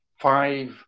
five